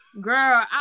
girl